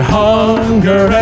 hunger